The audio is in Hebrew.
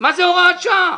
מה זה הוראת שעה?